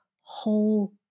whole